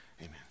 Amen